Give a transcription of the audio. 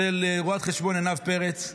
אצל רואת חשבון עינב פרץ,